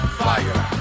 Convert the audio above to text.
fire